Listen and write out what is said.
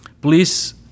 please